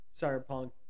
Cyberpunk